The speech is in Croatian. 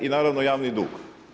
I naravno javni dug.